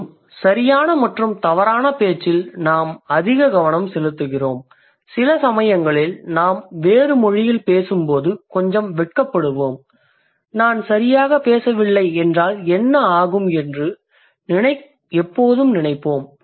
மேலும் சரியான மற்றும் தவறான பேச்சில் நாம் அதிக கவனம் செலுத்துகிறோம் சில சமயங்களில் நாம் வேறு மொழியில் பேசும்போது கொஞ்சம் வெட்கப்படுவோம் நான் சரியாக பேசவில்லை என்றால் என்ன ஆகும் என்று எப்போதும் நினைப்போம்